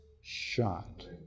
shot